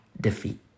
defeat